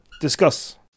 discuss